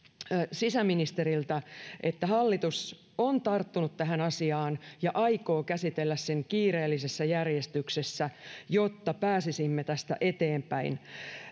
sisäministeriltä että hallitus on tarttunut tähän asiaan ja aikoo käsitellä sen kiireellisessä järjestyksessä jotta pääsisimme tästä eteenpäin